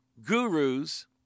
gurus